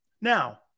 Now